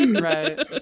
right